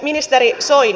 ministeri soini